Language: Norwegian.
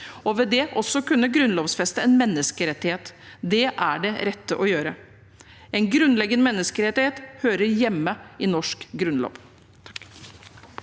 av domstolene) lovfeste en menneskerettighet. Det er det rette å gjøre. En grunnleggende menneskerettighet hører hjemme i norsk grunnlov.